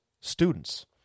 students